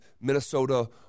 Minnesota